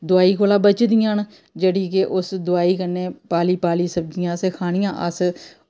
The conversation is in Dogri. दोआई कोला बचदियां न जेह्ड़ियां कि उस दोआई कन्नै पाली पाली सब्जियां असें खानियां अस